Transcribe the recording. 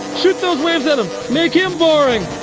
shoot those waves at him, make him boring.